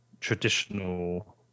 traditional